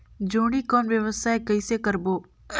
जोणी कौन व्यवसाय कइसे करबो?